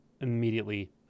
immediately